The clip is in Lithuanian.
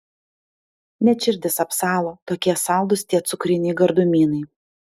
net širdis apsalo tokie saldūs tie cukriniai gardumynai